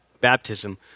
baptism